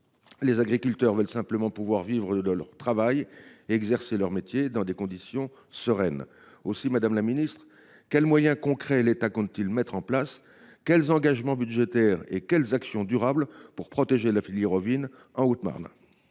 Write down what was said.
Les agriculteurs veulent simplement pouvoir vivre de leur travail et exercer leur métier dans des conditions sereines. Aussi, madame la ministre, quels moyens concrets l’État compte t il mettre en place ? Quels engagements budgétaires et quelles actions durables le Gouvernement envisage t il pour protéger la filière ovine en Haute Marne ?